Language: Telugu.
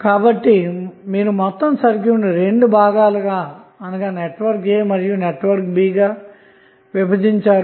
కాబట్టి మొత్తం సర్క్యూట్ను 2 భాగాలు అనగా నెట్వర్క్ A మరియు నెట్వర్క్ B గా విభజించాము